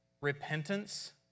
repentance